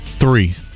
three